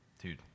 Dude